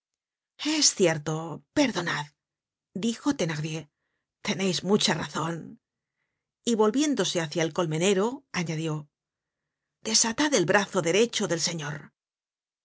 atado es cierto perdonad dijo thenardier teneis mucha razon y volviéndose hácia el colmenero añadió desatad el brazo derecho del señor